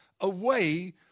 away